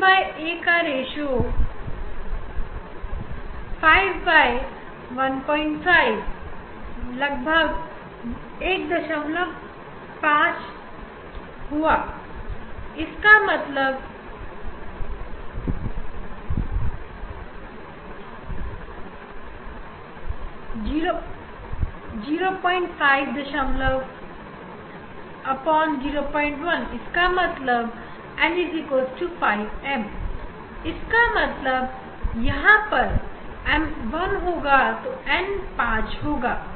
क्या रेश्यो पांच होगा 515 जब 15 लगभग एक है nm n इंटरफेरेंस fringe का आर्डर है इंटरफेरेंस मैक्सिमा और m diffraction single slit destruction minimum मतलब n 5m जब m 1 n 5 मतलब